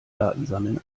datensammeln